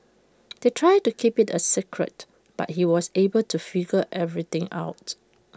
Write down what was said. they tried to keep IT A secret but he was able to figure everything out